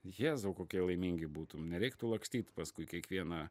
jėzau kokie laimingi būtum nereiktų lakstyti paskui kiekvieną